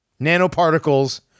Nanoparticles